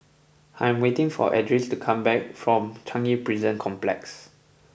I am waiting for Edris to come back from Changi Prison Complex